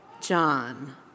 John